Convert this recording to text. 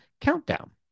countdown